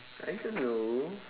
I don't know